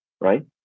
right